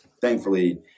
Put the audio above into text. thankfully